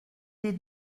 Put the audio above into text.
des